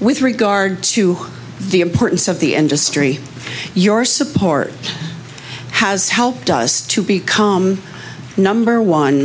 with regard to the importance of the end history your support has helped us to become number one